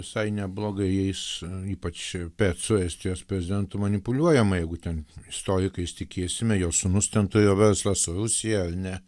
visai neblogai jis ypač su estijos prezidentu manipuliuojama jeigu ten istorikais tikėsime jo sūnus ten turėjo verslą su rusija ar ne